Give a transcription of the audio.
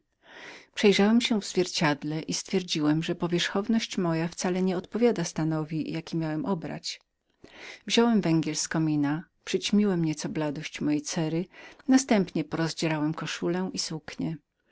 przejrzałem się w zwierciedle i znalazłem że powierzchowność moja wcale nie odpowiadała stanowi jaki miałem obrać wziąłem węgiel z komina przyćmiłem nieco bladość mojej cery następnie porozdzierałem koszulę i suknie